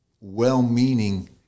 well-meaning